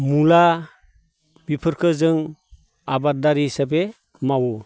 मुला बेफोरखौ जों आबादारि हिसाबै मावो